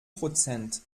prozent